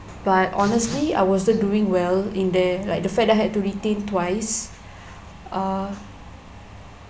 but honestly I wasn't doing well in there like the fact that I had to retain twice uh